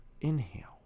inhale